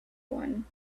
one